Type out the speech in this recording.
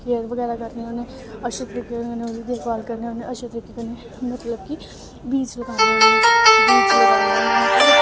care बगैरा करने होन्ने अच्छे तरीके कन्नै ओह्दी देखभाल करने होन्ने अच्छे तरीके कन्नै मतलब कि बीज लगान्ने होन्ने